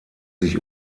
sich